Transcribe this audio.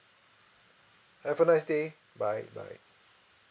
have a nice day bye bye